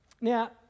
Now